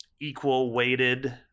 equal-weighted